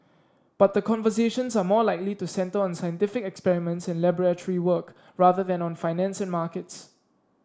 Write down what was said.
but the conversations are more likely to centre on scientific experiments and laboratory work rather than on finance and markets